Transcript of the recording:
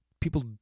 people